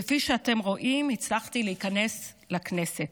כפי שאתם רואים, הצלחתי להיכנס לכנסת.